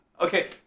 Okay